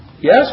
Yes